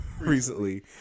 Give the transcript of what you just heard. recently